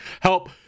Help